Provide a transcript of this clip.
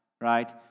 right